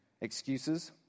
excuses